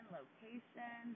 location